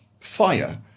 fire